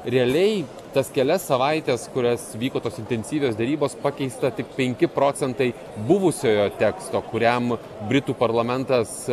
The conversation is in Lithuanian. realiai tas kelias savaites kurias vyko tos intensyvios derybos pakeista tik penki procentai buvusiojo teksto kuriam britų parlamentas